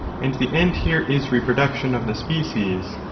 and the end here is reproduction of the species,